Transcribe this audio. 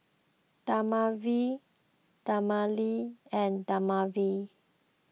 Dermaveen Dermale and Dermaveen